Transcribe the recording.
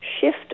shift